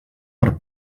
per